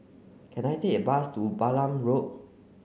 can I take a bus to Balam Road